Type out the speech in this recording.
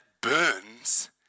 burns